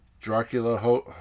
Dracula